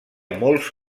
molts